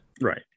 Right